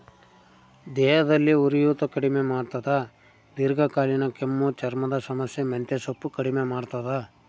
ದೇಹದಲ್ಲಿ ಉರಿಯೂತ ಕಡಿಮೆ ಮಾಡ್ತಾದ ದೀರ್ಘಕಾಲೀನ ಕೆಮ್ಮು ಚರ್ಮದ ಸಮಸ್ಯೆ ಮೆಂತೆಸೊಪ್ಪು ಕಡಿಮೆ ಮಾಡ್ತಾದ